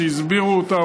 שהסבירו אותה,